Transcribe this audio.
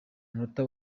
munota